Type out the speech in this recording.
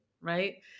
right